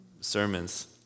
sermons